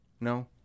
No